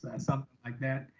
and something like that.